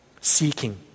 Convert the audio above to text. seeking